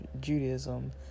Judaism